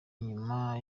nyuma